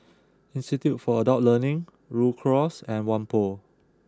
institute for Adult Learning Rhu Cross and Whampoa